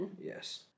yes